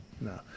No